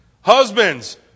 Husbands